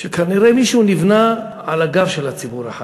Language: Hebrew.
שכנראה מישהו נבנה על הגב של הציבור החרדי.